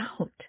out